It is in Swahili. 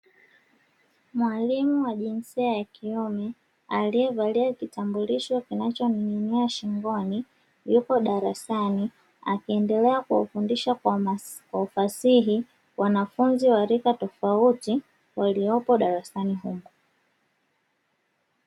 Mwalimu wa jinsia ya kiume aliyevalia kitambulisho kinacho ning’inia shingoni yuko darasani, akiendelea kuwafundisha kwa ufasaha wanafunzi wa rika tofauti waliopo darasani humo.